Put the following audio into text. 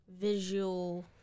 visual